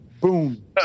Boom